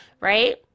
right